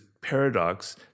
paradox